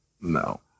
No